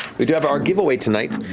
we do have our giveaway tonight.